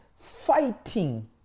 fighting